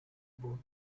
board